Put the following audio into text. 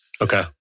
Okay